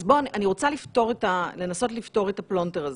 אני רוצה לנסות לפתור את הפלונטר הזה,